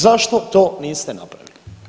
Zašto to niste napravili?